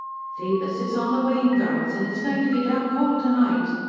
phoebus is on the wane, girls. and it's going to be damn cold to-night.